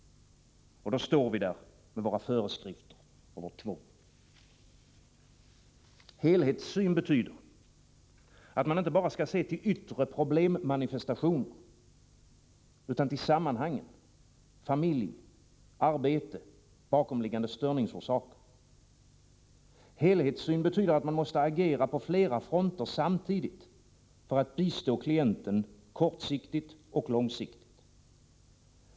Och då står vi där med våra föreskrifter och vårt tvång. Helhetssyn betyder att man inte bara skall se till yttre problemmanifestationer utan till sammanhangen, familj, arbete, bakomliggande störningsorsaker. Helhetssyn betyder att man måste agera på flera fronter samtidigt för att bistå klienten kortsiktigt och långsiktigt.